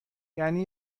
یعنی